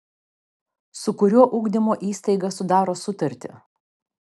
su kuriuo ugdymo įstaiga sudaro sutartį